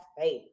faith